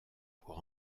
pour